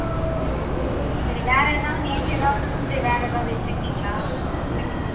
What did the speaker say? அப்படிங்களா சரி வேறு ஏதாவது நேற்று ஏதாவது ஃபுட்டு வேறு ஏதாவது எடுத்துக்கிட்டிங்களா எப்படி